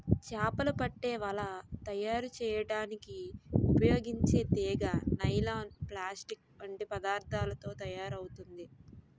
చేపలు పట్టే వల తయారు చేయడానికి ఉపయోగించే తీగ నైలాన్, ప్లాస్టిక్ వంటి పదార్థాలతో తయారవుతుంది